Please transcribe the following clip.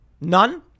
None